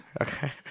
Okay